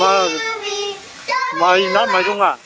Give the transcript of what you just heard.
मा माइ ना माइरंआ